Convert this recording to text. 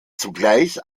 zugleich